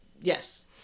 Yes